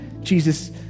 Jesus